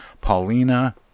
Paulina